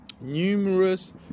Numerous